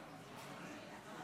החוקה,